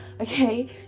okay